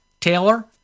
Taylor